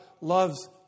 loves